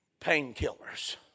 painkillers